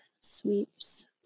sweeps